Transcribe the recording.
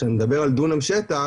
כשאני מדבר על דונם שטח,